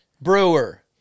Brewer